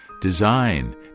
design